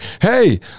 hey